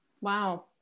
wow